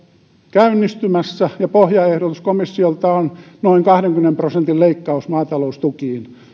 käynnistymässä ja pohjaehdotus komissiolta on noin kahdenkymmenen prosentin leikkaus maataloustukiin